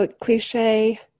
cliche